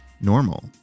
normal